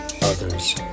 others